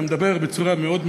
היה מדבר בצורה מאוד מאוד,